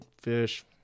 fish